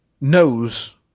knows